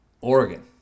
Oregon